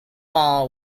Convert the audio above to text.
mall